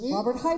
Robert